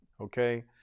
okay